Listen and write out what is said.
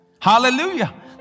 Hallelujah